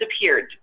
disappeared